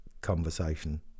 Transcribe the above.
conversation